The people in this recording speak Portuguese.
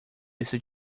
isso